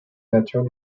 nature